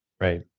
Right